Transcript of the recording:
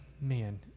man